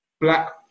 black